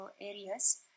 areas